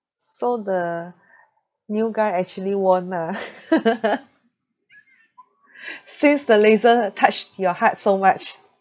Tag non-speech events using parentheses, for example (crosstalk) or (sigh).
so the new guy actually won ah (laughs) since the laser touched your heart so much